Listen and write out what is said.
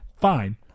fine